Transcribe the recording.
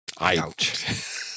Ouch